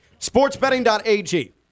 Sportsbetting.ag